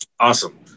Awesome